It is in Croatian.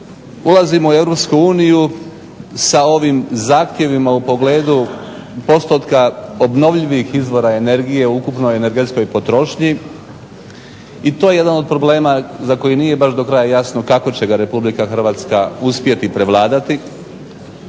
Ulazimo u EU sa ovim zahtjevima u pogledu postotka obnovljivih izvora energije u ukupnoj energetskoj potrošnji i to je jedan od problema za koji nije baš do kraja jasno kako će ga RH uspjeti prevladati.